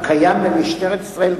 בבקשה.